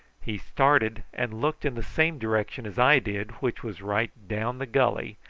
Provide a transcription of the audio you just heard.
he started and looked in the same direction as i did which was right down the gully,